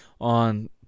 on